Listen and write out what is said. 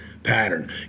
pattern